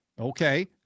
Okay